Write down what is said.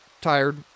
tired